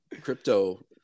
crypto